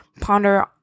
ponder